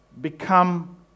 become